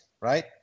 Right